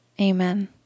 Amen